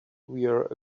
were